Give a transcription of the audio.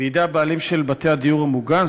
בידי הבעלים של בתי הדיור המוגן,